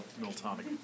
Miltonic